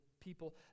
people